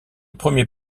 premier